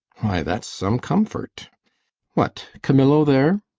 why, that's some comfort what! camillo there?